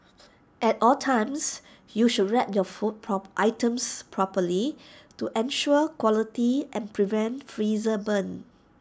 at all times you should wrap your food items properly to ensure quality and prevent freezer burn